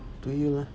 up to you lah